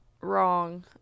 wrong